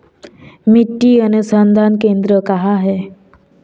मिट्टी अनुसंधान केंद्र कहाँ है?